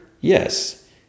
Yes